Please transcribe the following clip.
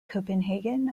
copenhagen